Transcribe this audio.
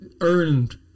earned